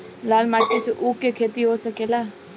लाल माटी मे ऊँख के खेती हो सकेला?